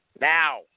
Now